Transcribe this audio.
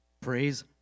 praise